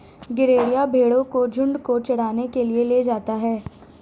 गरेड़िया भेंड़ों के झुण्ड को चराने के लिए ले जाता है